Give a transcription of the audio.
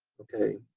okay,